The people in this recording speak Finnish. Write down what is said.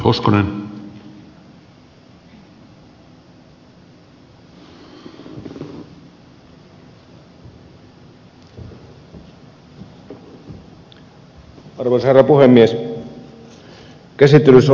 arvoisa herra puhemies